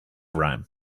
rhyme